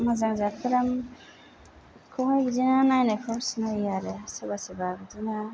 मोजां जाथ फोराखौहाय बिदिनो नायनायाव बिदिनो सिनायो आरो सोरबा सोरबा बिदिनो